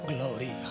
Glory